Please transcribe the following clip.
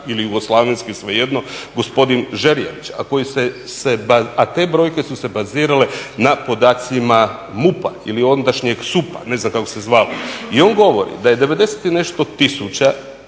ili jugoslavenski svejedno gospodin Žerjavić, a te brojke su se bazirale na podacima MUP ili ondašnjeg SUP-a ne znam kako se zvalo. I on govori da je 90 i nešto tisuća